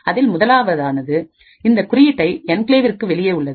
அதில் முதலாவது இந்த குறியீட்டை என்கிளேவிற்கு வெளியே உள்ளது